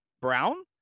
brown